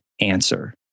answer